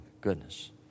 goodness